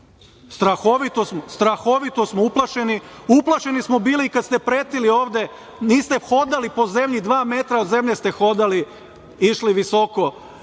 Strahovito smo uplašeni. Uplašeni smo bili i kada ste pretili ovde. Niste hodali po zemlji, dva metra od zemlje ste hodali, išli visoko